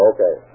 Okay